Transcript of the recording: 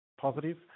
positive